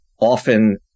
often